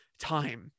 time